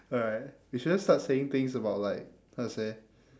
alright we shouldn't start saying things about like how to say